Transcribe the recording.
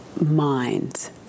minds